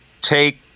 take